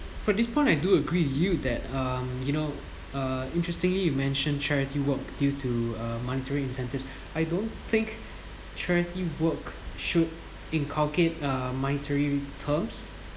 for this point I do agree with you that um you know uh interestingly you mentioned charity work due to a monetary incentive I don't think charity work should inculcate um monetary terms